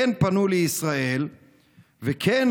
כן פנו לישראל וכן,